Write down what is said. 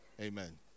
Amen